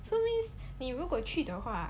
so 你如果去的话